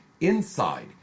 INSIDE